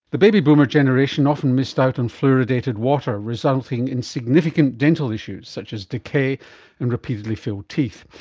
the baby boomer generation often missed out on fluoridated water, resulting in significant dental issues such as decay and repeatedly filled teeth.